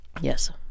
Yes